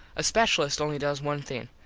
a speshulist only does one thing.